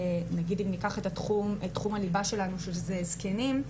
למשל אם ניקח את תחום הליבה שלנו שזה זקנים,